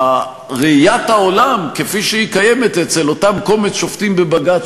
שראיית העולם כפי שהיא קיימת אצל אותם קומץ שופטים בבג"ץ,